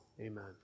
amen